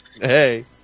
hey